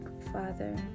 Father